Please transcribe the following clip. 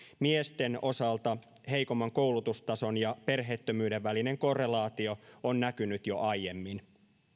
miesten osalta heikomman koulutustason ja perheettömyyden välinen korrelaatio on näkynyt jo aiemmin